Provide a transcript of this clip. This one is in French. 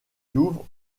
douves